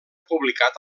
publicat